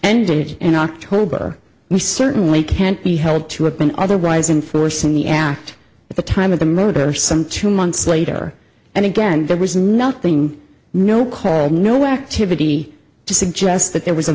ended in october we certainly can't be held to have been otherwise enforcing the act at the time of the murder or some two months later and again there was nothing no car no activity to suggest that there was a